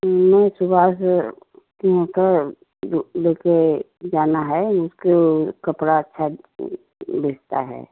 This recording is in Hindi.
मैं सुबह से क जो ले के जाना है इसको कपड़ा अच्छा बिकता है